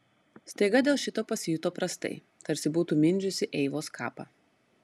staiga dėl šito pasijuto prastai tarsi būtų mindžiusi eivos kapą